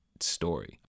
story